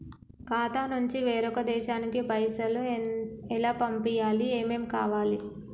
ఖాతా నుంచి వేరొక దేశానికి పైసలు ఎలా పంపియ్యాలి? ఏమేం కావాలి?